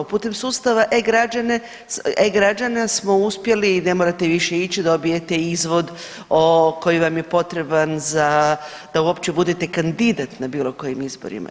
Putem sustava e-građana smo uspjeli i ne morate više ići dobijete izvod koji vam je potreban da uopće budete kandidat na bilo kojim izborima.